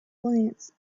glance